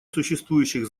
существующих